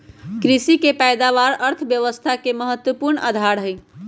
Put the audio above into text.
कृषि के पैदावार अर्थव्यवस्था के महत्वपूर्ण आधार हई